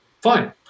Fine